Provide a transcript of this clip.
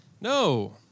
No